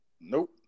Nope